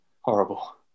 Horrible